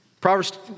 Proverbs